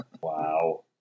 Wow